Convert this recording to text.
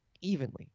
evenly